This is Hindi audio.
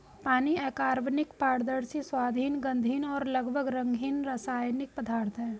पानी अकार्बनिक, पारदर्शी, स्वादहीन, गंधहीन और लगभग रंगहीन रासायनिक पदार्थ है